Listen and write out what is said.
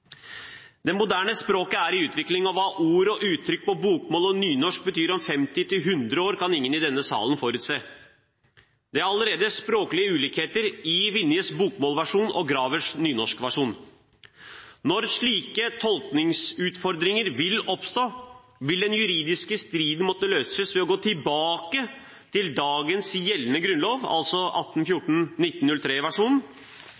Det moderne språket er i utvikling, og hva ord og uttrykk på bokmål og nynorsk betyr om 50–100 år, kan ingen i denne salen forutse. Det er allerede språklige ulikheter i Vinjes bokmålsversjon og Gravers nynorskversjon. Når slike tolkningsutfordringer oppstår, vil den juridiske striden måtte løses ved å gå tilbake til dagens gjeldende grunnlov, altså